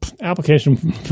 application